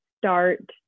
start